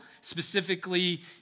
specifically